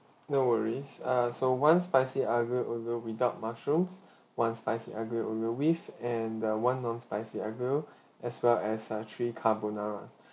no worries uh so one spicy aglio olio without mushrooms one spicy aglio olio with and uh one non-spicy aglio olio as well as uh three carbonara